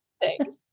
Thanks